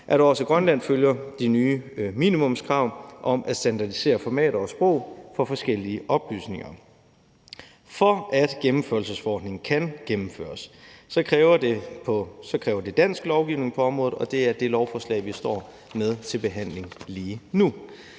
at også Grønland følger de nye minimumskrav om at standardisere formater og sprog for forskellige oplysninger. For at gennemførelsesforordningen kan gennemføres, kræver det dansk lovgivning på området, og det er det lovforslag, vi står med til behandling lige nu.